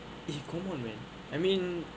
eh come on man I mean